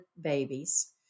babies